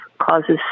causes